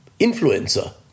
influencer